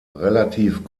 relativ